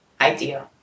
idea